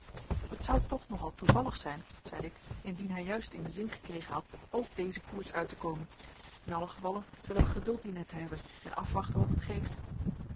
het zou toch nogal toevallig zijn zeide ik indien hij juist in den zin gekregen had ook dezen koers uit te komen in allen gevalle zullen wij geduld dienen te hebben en afwachten wat het geeft